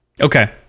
Okay